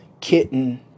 kitten